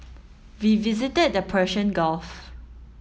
we visited the Persian Gulf